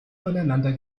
voneinander